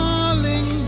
Darling